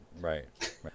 right